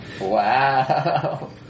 Wow